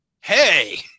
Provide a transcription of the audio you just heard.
hey